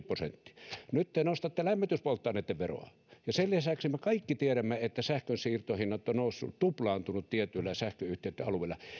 prosenttia nyt te nostatte lämmityspolttoaineitten veroa sen lisäksi me kaikki tiedämme että sähkönsiirtohinnat ovat nousseet tuplaantuneet tiettyjen sähköyhtiöitten alueilla